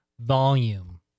volume